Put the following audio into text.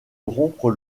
rompre